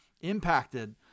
impacted